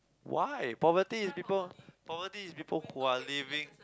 why poverty is people poverty is people who are living